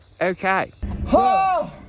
okay